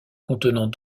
contenant